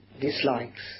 dislikes